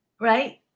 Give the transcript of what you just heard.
right